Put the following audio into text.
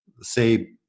say